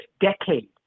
decade